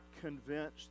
convinced